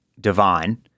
divine